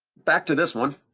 back to this one.